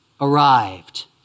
arrived